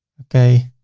okay.